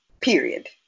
period